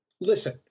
listen